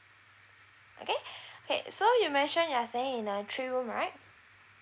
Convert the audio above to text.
okay okay so you mentioned you are staying in a three room right